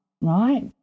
right